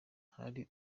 hari